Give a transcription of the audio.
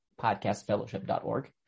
podcastfellowship.org